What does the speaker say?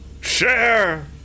Share